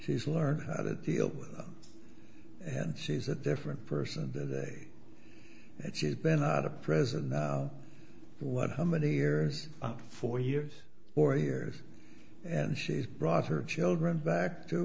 she's learned how to deal with them and she's a different person today and she's been out of present what how many years four years or years and she's brought her children back to